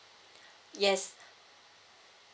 yes